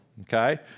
okay